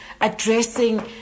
addressing